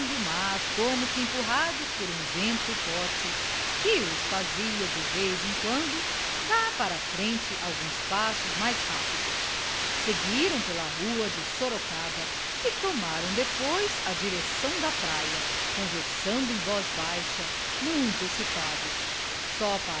mas como que empurrados por um vento forte que os fazia de vez em quando dar para a frente alguns passos mais rápidos seguiram pela rua de sorocaba e tomaram depois a direção da praia conversando em voz baixa muito excitados